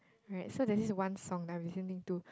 right so there's this one song that I'm listening to